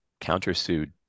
countersued